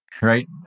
Right